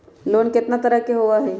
Loan केतना तरह के होअ हई?